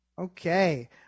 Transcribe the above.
Okay